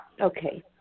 Okay